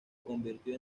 convirtió